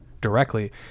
directly